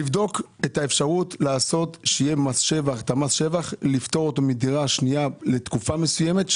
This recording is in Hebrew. אני מבקש לבדוק לפטור ממס שבח על דירה שנייה לתקופה מסוימת.